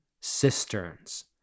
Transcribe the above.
cisterns